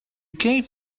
gave